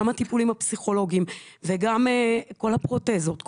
גם הטיפולים הפסיכולוגיים וכל הפרוטזות,